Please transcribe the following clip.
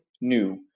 new